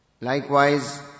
Likewise